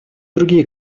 другие